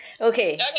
Okay